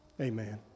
Amen